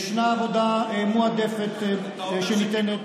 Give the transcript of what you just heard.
יש עבודה מועדפת שניתנת.